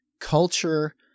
culture